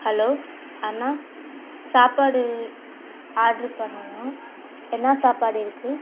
hello அண்ணா சாப்பாடு order பண்ணணும் என்ன சாப்பாடு இருக்கு